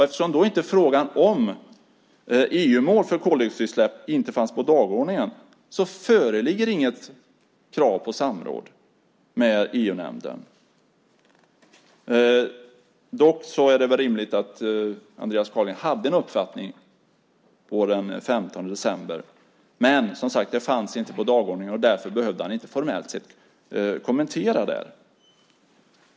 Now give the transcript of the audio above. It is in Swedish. Eftersom frågan om EU-mål för koldioxidutsläpp inte fanns på dagordningen föreligger inget krav på samråd med EU-nämnden. Det är dock rimligt att anta att Andreas Carlgren hade en uppfattning den 15 december, men det fanns inte på dagordningen, och därför behövde han formellt sett inte kommentera det.